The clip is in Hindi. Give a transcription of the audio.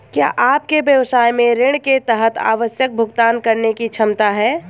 क्या आपके व्यवसाय में ऋण के तहत आवश्यक भुगतान करने की क्षमता है?